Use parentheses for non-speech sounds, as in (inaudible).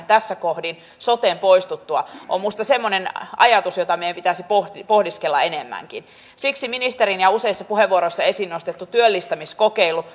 (unintelligible) tässä kohdin soten poistuttua on minusta semmoinen ajatus jota meidän pitäisi pohdiskella enemmänkin siksi ministerin esiin tuoma ja useissa puheenvuoroissa esiin nostettu työllistämiskokeilu (unintelligible)